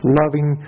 loving